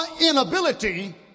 inability